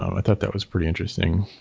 i thought that was pretty interesting.